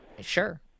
sure